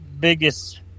biggest